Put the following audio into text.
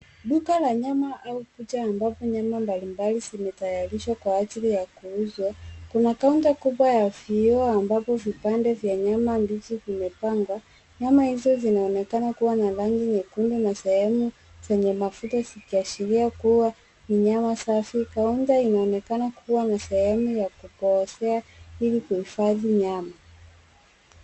Duka la nyama ambapo vipande mbalimbali vya nyama mbichi vimehifadhiwa kwenye friji, vikiwa na rangi nyekundu na mafuta kama ishara ya ubora, pamoja na sehemu ya kukatia na kuandaa nyama.